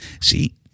See